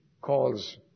Calls